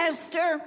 Esther